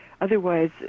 otherwise